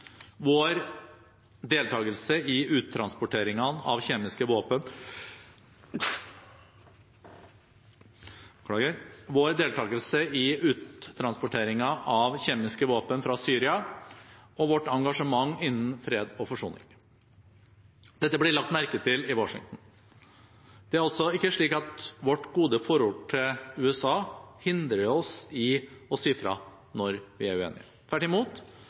i Afghanistan, gjennom vår innsats for å bekjempe terrororganisasjonen ISIL, vår deltakelse i uttransporteringen av kjemiske våpen fra Syria og vårt engasjement for fred og forsoning. Dette blir lagt merke til i Washington. Det er altså ikke slik at vårt gode forhold til USA hindrer oss i å si fra når vi er uenige, tvert imot: